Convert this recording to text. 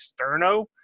sterno